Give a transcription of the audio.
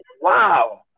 wow